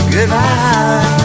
Goodbye